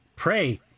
Pray